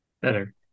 Better